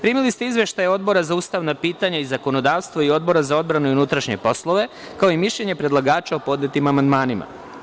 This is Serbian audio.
Primili ste izveštaje Odbora za ustavna pitanja i zakonodavstvo i Odbora za odbranu i unutrašnje poslove, kao i mišljenje predlagača o podnetim amandmanima.